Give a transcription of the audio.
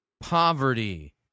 poverty